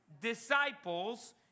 disciples